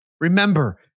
Remember